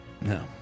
no